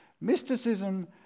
Mysticism